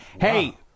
Hey